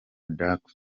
dark